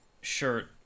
shirt